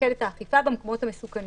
למקד את האכיפה בדיוק במקומות המסוכנים.